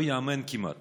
כמעט לא תיאמן כמות